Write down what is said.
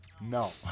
No